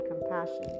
compassion